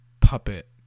puppet